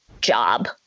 job